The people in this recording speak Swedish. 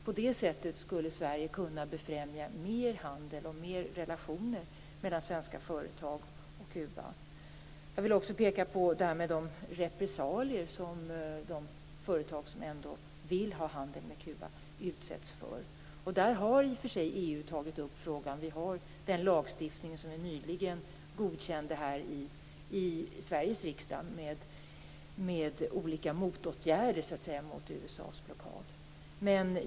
På det sättet skulle Sverige kunna befrämja handel och relationer mellan svenska företag och Jag vill vidare påpeka de repressalier som de företag som ändå vill ha handel med Kuba utsätts för. Frågan har tagits upp i EU. Vi har en lagstiftning som nyligen godkändes här i Sveriges riksdag, med olika motåtgärder mot USA:s blockad.